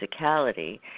physicality